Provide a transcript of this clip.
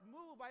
Move